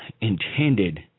intended